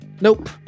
Nope